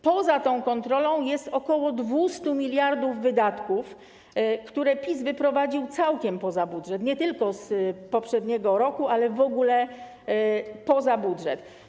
Poza tą kontrolą jest też ok. 200 mld zł, które PiS wyprowadził całkiem poza budżet - nie tylko z poprzedniego roku, ale w ogóle poza budżet.